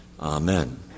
Amen